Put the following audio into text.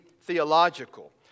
theological